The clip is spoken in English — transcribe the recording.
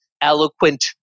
eloquent